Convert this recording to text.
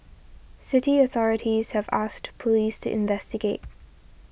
city authorities have asked police to investigate